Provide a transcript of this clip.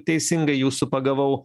teisingai jūsų pagavau